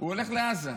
הוא הולך לעזה,